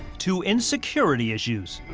to insecurity issues.